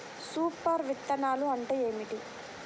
Super విత్తనాలు అంటే ఏమిటి?